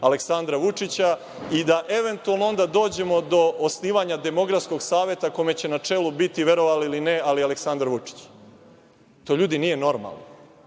Aleksandra Vučića i da eventualno onda dođemo do osnivanja demografskog saveta kome će na čelu biti, verovali ili ne, ali Aleksandar Vučić. LJudi, to nije normalno.